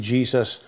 Jesus